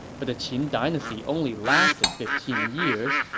but the qin dynasty only lasted fifteen years,